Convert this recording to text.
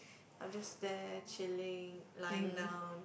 I'm just there chilling lying down